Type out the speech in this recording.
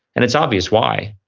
and it's obvious why.